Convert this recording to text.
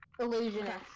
illusionist